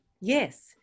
Yes